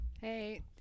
Hey